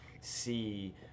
see